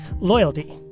loyalty